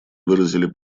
выразили